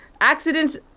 accidents